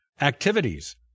activities